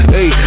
Hey